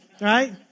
right